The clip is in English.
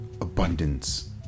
abundance